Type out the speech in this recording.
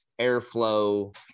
airflow